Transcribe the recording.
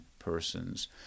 Persons